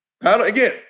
again